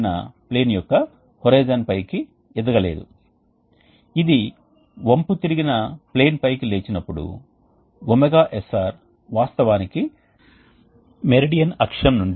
ఇది సరళీకృత విశ్లేషణ కోసం ఒక ఊహ ఈ ఊహ వాస్తవ అభ్యాసానికి అస్సలు నిజం కాకపోవచ్చు కానీ ఈ ఊహ కొంత సరళీకృత విశ్లేషణను కలిగి ఉంటుంది ఇది ఈ ప్రత్యేక రకమైన హీట్ ఎక్స్ఛేంజర్ ఆపరేషన్ గురించి కనీసం కొంత ఆలోచనను ఇస్తుంది